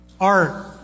art